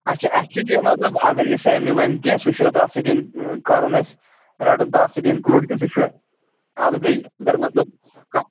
اچھا اَسہِ چھِنہٕ یہِ مطلب اگر یہِ سَمہِ وَمہِ کینٛہہ سُہ چھُ تَتھ سۭتۍ کَرُن اَسہِ رَٹان تَتھ سۭتۍ اِنکلوٗڈ کِنہٕ سُہ چھُ الگٕے اگر مطلب کانٛہہ